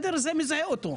זה מזהה אותו.